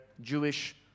Jewish